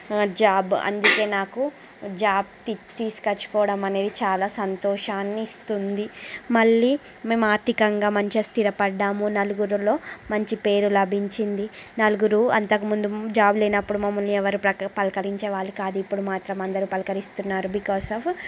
job అందుకే నాకు job తీ తీసుకు వచ్చుకోవడం అనేది చాలా సంతోషాన్ని ఇస్తుంది మళ్ళీ మేము ఆర్థికంగా మంచిగా స్థిరపడ్డాము నలుగురిలో మంచి పేరు లభించింది నలుగురు అంతకుముందు జాబ్ లేనప్పుడు మమ్మల్ని ఎవరు పలక పలకరించే వాళ్ళు కాదు ఇప్పుడు మాత్రం అందరూ పలకరిస్తున్నారు బికాస్ ఆఫ్